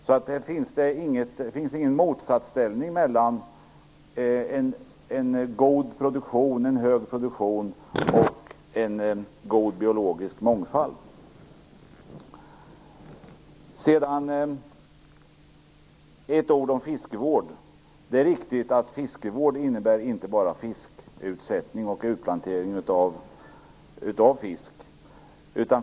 Det finns alltså inget motsatsförhållande mellan en god och stor produktion och en god biologisk mångfald. Sedan ett par ord om fiskevård. Det är riktigt att fiskevård inte bara innebär fiskutsättning och utplantering av fisk.